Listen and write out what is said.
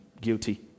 guilty